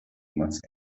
más